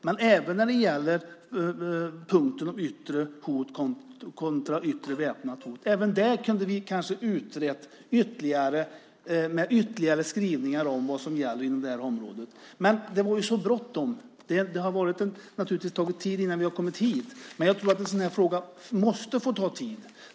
Kanske kunde vi även ha utrett punkten yttre hot kontra yttre väpnat hot ytterligare, med ytterligare skrivningar om vad som gäller inom det området. Men det var mycket bråttom. Det har naturligtvis tagit tid innan vi kommit så här långt, men jag tror att en fråga som denna måste få ta tid.